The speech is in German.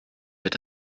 wird